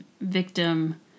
victim